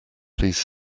please